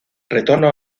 retorno